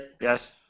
Yes